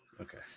Okay